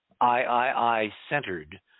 I-I-I-centered